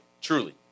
truly